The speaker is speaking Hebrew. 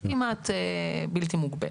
כמעט בלתי מוגבלת.